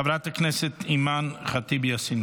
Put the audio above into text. חברת הכנסת אימאן ח'טיב יאסין,